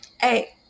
hey